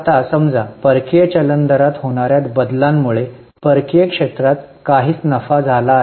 आता समजा परकीय चलन दरात होणाऱ्या बदलांमुळे परकीय क्षेत्रात काहीच नफा झाला आहे